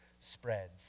spreads